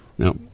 No